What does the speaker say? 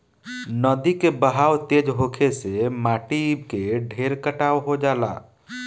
नदी के बहाव तेज होखे से माटी के ढेर कटाव हो जाला